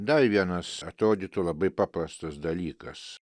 dar vienas atrodytų labai paprastas dalykas